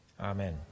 Amen